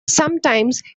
sometimes